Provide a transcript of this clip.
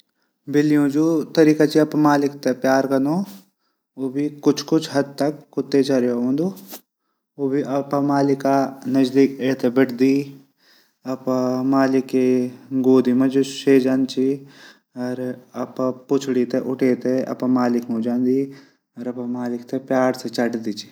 बिल्लियों जू तरीका च अपड मालिक थै प्यार कनो कू कुछ कुछ हद तक कुता जन हूंदू उ भी अपड मालिक ऐथर बठदी। अपड मालिक गोदी मा से जांदा छन। अपडी पुछडी थै उठे अपड मालिक मां जांदन। अपड मालिक थै प्यार से चटद।